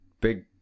big